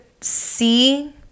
see